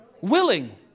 Willing